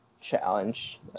challenge